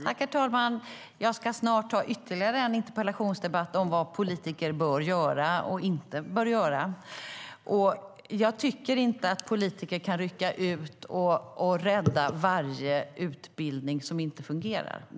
Herr talman! Jag ska snart ha ytterligare en interpellationsdebatt om vad politiker bör och inte bör göra. Jag anser inte att politiker kan rycka ut och rädda varje utbildning som inte fungerar.